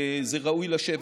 זה ראוי לשבח.